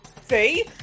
See